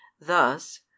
thus